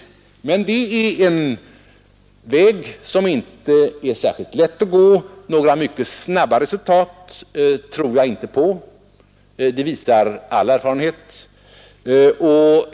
Men detta är en väg som inte är särskilt lätt att gå — några mycket snabba resultat tror jag inte på; det visar all erfarenhet.